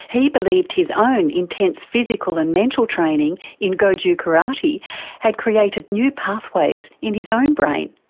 he believed his own intense physical and mental training in goju karate had created new pathways in his own brain,